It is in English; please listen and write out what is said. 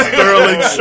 Sterling